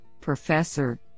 Professor